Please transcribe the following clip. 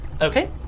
Okay